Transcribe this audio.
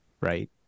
right